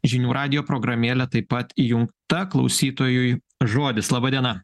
žinių radijo programėlė taip pat įjungta klausytojui žodis laba diena